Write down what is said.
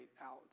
out